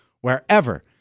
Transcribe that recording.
wherever